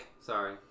Sorry